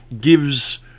Gives